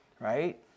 right